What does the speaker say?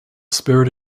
spirit